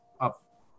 up